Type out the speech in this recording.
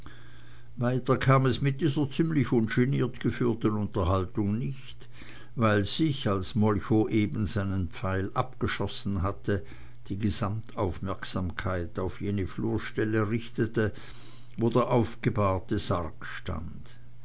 weiter kam es mit dieser ziemlich ungeniert geführten unterhaltung nicht weil sich als molchow eben seinen pfeil abgeschossen hatte die gesamtaufmerksamkeit auf jene flurstelle richtete wo der aufgebahrte sarg stand